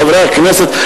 חברי הכנסת,